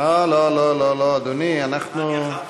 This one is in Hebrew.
לא לא לא, אדוני, אנחנו,